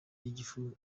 y’igifu